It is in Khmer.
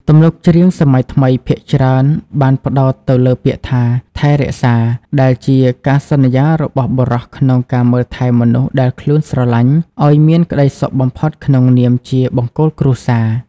ទំនុកច្រៀងសម័យថ្មីភាគច្រើនបានផ្ដោតទៅលើពាក្យថា "ថែរក្សា" ដែលជាការសន្យារបស់បុរសក្នុងការមើលថែមនុស្សដែលខ្លួនស្រឡាញ់ឱ្យមានក្តីសុខបំផុតក្នុងនាមជាបង្គោលគ្រួសារ។